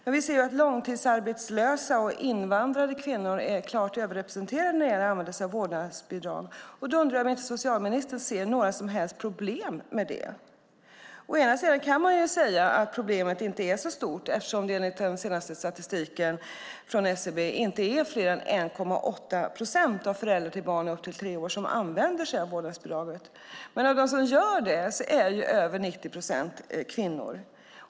När vi ser att långtidsarbetslösa och invandrade kvinnor är klart överrepresenterade när det gäller att använda sig av vårdnadsbidrag undrar jag om inte socialministern ser några som helst problem med det. Man kan säga att problemet inte är så stort eftersom det enligt den senaste statistiken från SCB inte är fler än 1,8 procent av föräldrar till barn upp till tre år som använder sig av vårdnadsbidraget. Men av dem som gör det är över 90 procent kvinnor.